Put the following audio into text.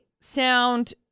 sound